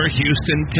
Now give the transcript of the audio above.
Houston